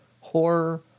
horror